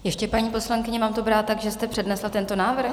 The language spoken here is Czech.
Ještě, paní poslankyně, mám to brát tak, že jste přednesla tento návrh?